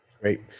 Great